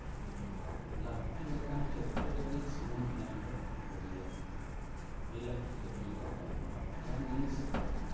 ᱞᱟᱹᱠᱛᱤ ᱞᱮᱠᱟᱱ ᱠᱷᱮᱛᱨᱮ ᱨᱮᱜᱮ ᱥᱩᱱᱩᱢ ᱮᱢ ᱫᱚ ᱵᱩᱜᱤᱭᱟ ᱵᱤᱱ ᱞᱟᱹᱠᱛᱤ ᱠᱷᱮᱛᱨᱮ ᱨᱮᱫᱚ ᱵᱟᱝ ᱡᱟᱦᱟᱱ ᱡᱤᱱᱤᱥ